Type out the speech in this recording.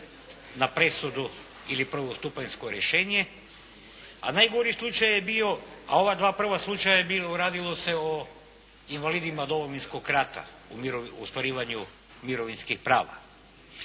na presudu ili prvostupanjsko rješenje. A najgori slučaj je bio, a ova dva prva slučaja je bilo, radilo se o invalidima Domovinskog rata u ostvarivanju mirovinskih prava.